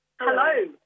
Hello